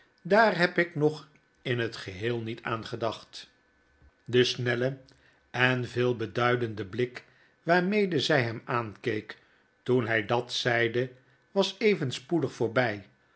aar heb ik nog in het geheel niet aan geacht de snelle en veel beduidende blik waarmede zy hem aankeek toen hy dat zeide was even spoedig voorby